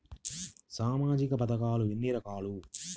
సామాజిక పథకాలు ఎన్ని రకాలు?